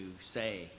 say